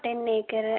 ten acre